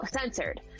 censored